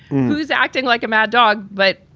who is acting like a mad dog? but,